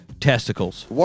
testicles